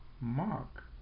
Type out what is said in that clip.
Mark